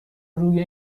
روی